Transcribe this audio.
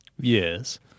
Yes